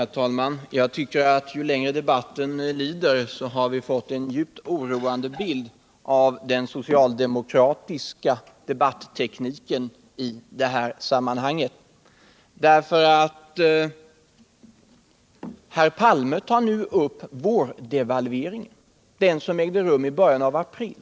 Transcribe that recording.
Herr talman! Jag tycker att vi, ju längre debatten lider, har fått en djupt oroande bild av den socialdemokratiska debattekniken i detta sammanhang. Herr Palme tar nu upp frågan om vårdevalveringen, den som ägde rum i början av april.